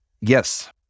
Yes